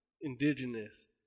indigenous